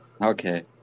Okay